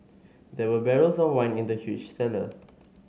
there were barrels of wine in the huge cellar